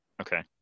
Okay